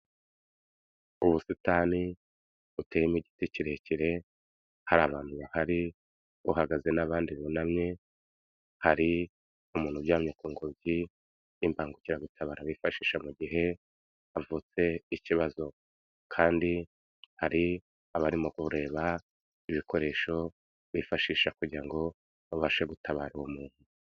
Ubusitani buteyemo igiti kirekire, hari abantu bahari, uhagaze n'abandi bunamye, hari umuntu uryamye ku ngobyi y'imbangukiragutabara bifashisha mu gihe havutse ikibazo kandi hari abarimo kureba ibikoresho bifashisha kugira ngo babashe gutabara uwo muntu.